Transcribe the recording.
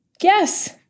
yes